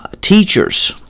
teachers